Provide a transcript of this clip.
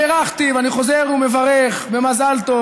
בירכתי ואני חוזר ומברך במזל טוב,